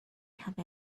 have